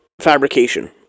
fabrication